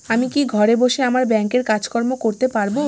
আমি কি ঘরে বসে আমার ব্যাংকের কাজকর্ম করতে পারব?